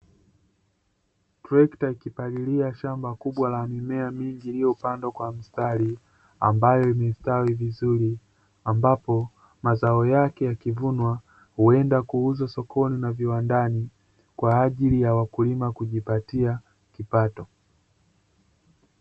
Trekta ikipalilia shamba kubwa la mimea mingi, iliyopandwa mstari ambayo imestawi vizuri. Ambapo mazao yake yakivunwa huenda kuuzwa sokoni na viwandani, kwa ajili ya wakulima kujipatia kipato.